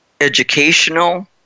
educational